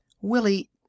Willie